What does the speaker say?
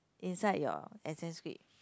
inside your essay script